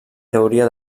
teoria